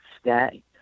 stay